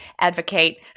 advocate